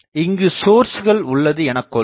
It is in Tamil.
இங்குச் சோர்ஸ்கள் உள்ளது எனக் கொள்வோம்